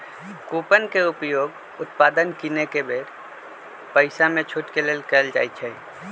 coupon के उपयोग उत्पाद किनेके बेर पइसामे छूट के लेल कएल जाइ छइ